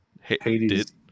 Hades